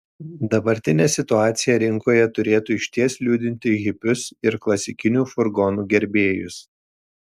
dabartinė situacija rinkoje turėtų išties liūdinti hipius ir klasikinių furgonų gerbėjus